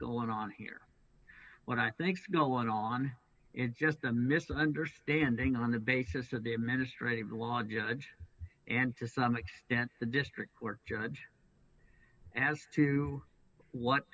going on here when i think no one on it just a misunderstanding on the basis of the administrative law judge and to some extent the district court judge as to what